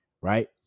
right